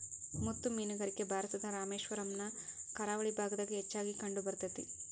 ಮುತ್ತು ಮೇನುಗಾರಿಕೆ ಭಾರತದ ರಾಮೇಶ್ವರಮ್ ನ ಕರಾವಳಿ ಭಾಗದಾಗ ಹೆಚ್ಚಾಗಿ ಕಂಡಬರ್ತೇತಿ